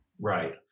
Right